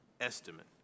estimate